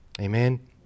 Amen